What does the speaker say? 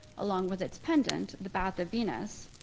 along with its pendant, the bath of venus,